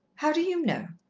how do you know?